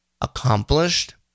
accomplished